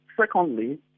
Secondly